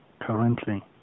currently